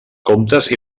comptes